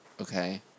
okay